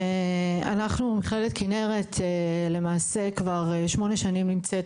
אנחנו במכללת כנרת למעשה כבר שמונה שנים נמצאת